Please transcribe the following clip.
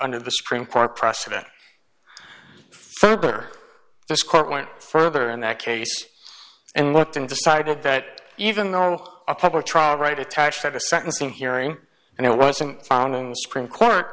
under the supreme court precedent for this court went further in that case and looked and decided that even though a public trial right attached at the sentencing hearing and it wasn't found in